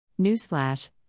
Newsflash